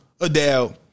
Adele